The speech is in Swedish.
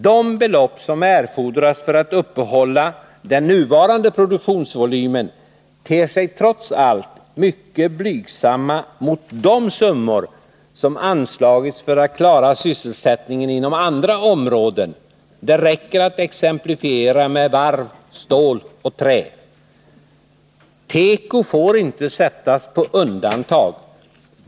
De belopp som erfordras för att uppehålla den nuvarande produktionsvolymen ter sig trots allt mycket blygsamma mot de summor som anslagits för att klara sysselsättningen inom andra områden. Det räcker med att exemplifiera med varv, stål och trä. Tekoindustrin får inte sättas på undantag.